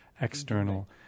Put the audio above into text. external